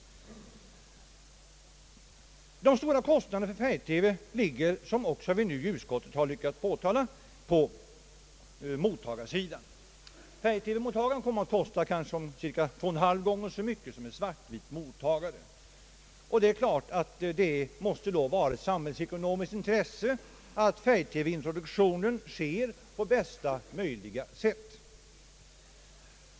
De stora kostnaderna för färg-TV ligger, såsom utskottet också har framhållit, på mottagarsidan. Mottagaren för färg-TV kommer kanske att kosta två och en halv gånger så mycket som en svart-vit mottagare. Det måste vara ett samhällsekonomiskt intresse att introduktionen av färg-TV sker på bästa möjliga sätt.